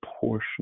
portion